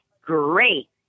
Great